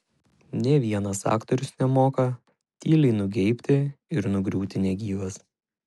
nė vienas aktorius nemoka tyliai nugeibti ir nugriūti negyvas